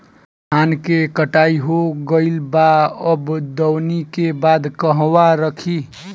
धान के कटाई हो गइल बा अब दवनि के बाद कहवा रखी?